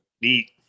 Neat